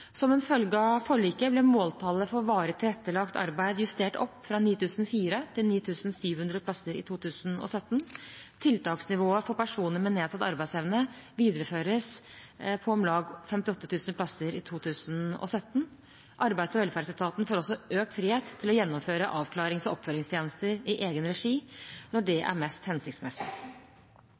Som en følge av forliket ble måltallet for varig tilrettelagt arbeid justert opp fra 9 400 til 9 700 plasser i 2017. Tiltaksnivået for personer med nedsatt arbeidsevne videreføres på om lag 58 000 plasser i 2017. Arbeids- og velferdsetaten får også økt frihet til å gjennomføre avklarings- og oppfølgingstjenester i egen regi når det er mest hensiktsmessig.